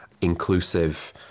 inclusive